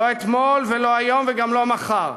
לא אתמול, לא היום וגם לא מחר,